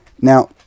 Now